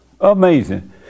Amazing